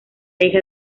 hija